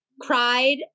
cried